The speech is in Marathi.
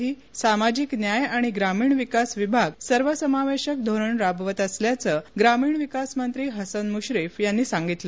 वैधता प्रमाणपत्रासाठी सामाजिक न्याय आणि ग्रामीण विकास विभाग सर्वसमावेशक धोरण राबवत असल्याचं ग्रामीण विकासमंत्री हसन मुश्रीफ यांनी सांगितलं